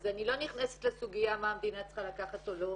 אז אני לא נכנסת לסוגיה מה המדינה צריכה לקחת או לא,